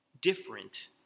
different